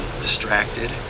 distracted